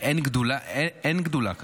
אין גדולה כזאת.